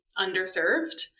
underserved